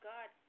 God